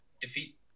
defeat